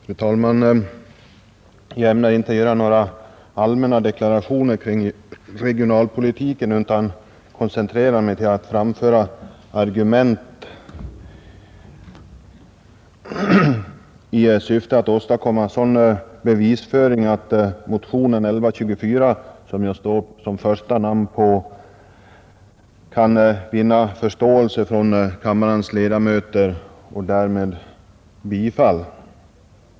Fru talman! Jag ämnar inte göra några allmänna deklarationer kring regionalpolitiken utan koncentrera mig till att framföra argument i syfte att åstadkomma sådan bevisföring att motionen 1124 som jag står som första man på kan vinna förståelse från kammarens ledamöter och därmed bifallas.